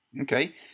Okay